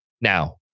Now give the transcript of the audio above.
now